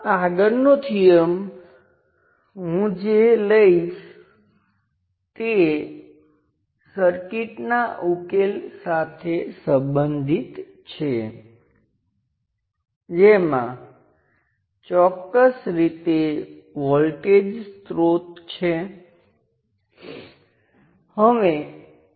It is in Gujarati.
આગળના બે થિયર્મ હું જટિલ સર્કિટને સરળ રીતે રજૂ કરવું મહત્વનું છે તે ધ્યાનમાં લઈશ